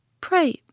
Pray